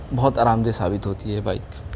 بہت آرام دہ ثابت ہوتی ہے یہ بائک